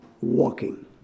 walking